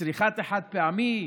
בצריכת החד-פעמי,